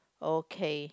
okay